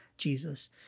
jesus